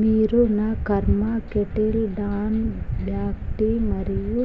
మీరు నా Karma Kettle Dawn black tea మరియు